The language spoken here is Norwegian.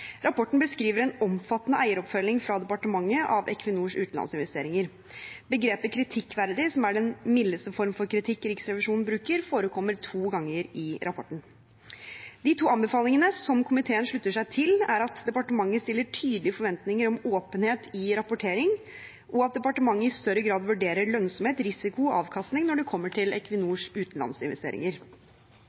Rapporten beskriver en omfattende eieroppfølging fra departementet av Equinors utenlandsinvesteringer. Begrepet «kritikkverdig», som er den mildeste formen for kritikk Riksrevisjonen bruker, forekommer to ganger i rapporten. De to anbefalingene, som komiteen slutter seg til, er at departementet stiller tydelige forventninger om åpenhet i rapportering, og at departementet i større grad vurderer lønnsomhet, risiko og avkastning når det kommer til Equinors utenlandsinvesteringer.